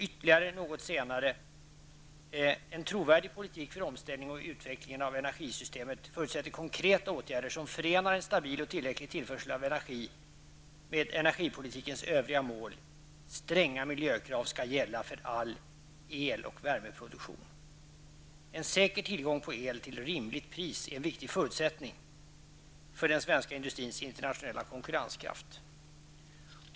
Litet längre fram heter det: ''En trovärdig politik för omställningen och utvecklingen av energisystemet förutsätter konkreta åtgärder som förenar en stabil och tillräcklig tillförsel av energi med energipolitikens övriga mål. Stränga miljökrav skall gälla för all eloch värmeproduktion.'' ''En säker tillgång på el till ett rimligt pris är en viktig förutsättning för den svenska industrins internationella konkurrenskraft.''